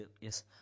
yes